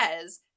says